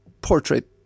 portrait